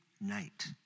night